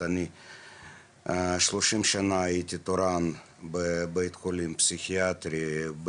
30 שנה הייתי תורן בבתי חולים פסיכיאטריים,